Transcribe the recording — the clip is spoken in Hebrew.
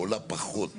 עולה פחות.